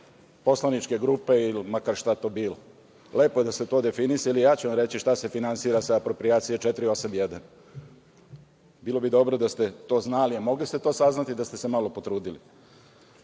poslaničke grupe ili makar šta to bilo. Lepo je da ste to definisali. Reći ću vam šta se finansira sa aproprijacije 481. Bilo bi dobro da ste to znali, a mogli ste to saznati da ste se malo potrudili. Pre